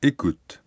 Écoute